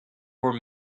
were